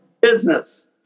Business